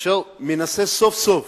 אשר מנסה סוף-סוף